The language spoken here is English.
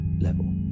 level